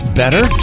better